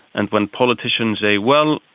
and when politicians say, well,